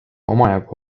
omajagu